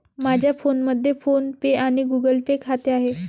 माझ्या फोनमध्ये PhonePe आणि गुगल पे खाते आहे